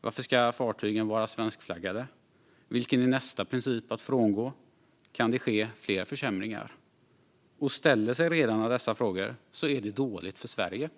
Varför ska fartygen vara svenskflaggade? Vilken är nästa princip att frångå? Kan det ske fler försämringar? Om redarna ställer sig dessa frågor är det dåligt för Sverige.